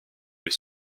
les